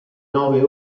nove